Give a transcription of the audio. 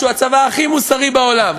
שהוא הצבא הכי מוסרי בעולם,